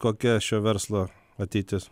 kokia šio verslo ateitis